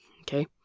Okay